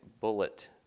bullet